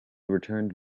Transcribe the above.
returned